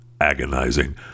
agonizing